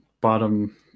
bottom